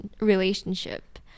relationship